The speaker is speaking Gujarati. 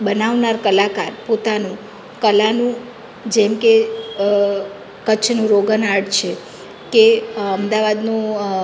બનાવનાર કલાકાર પોતાનું કલાનું જેમ કે કચ્છનું રોગન આર્ટ છે કે અમદાવાદનું